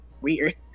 weird